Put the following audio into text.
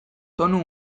tonu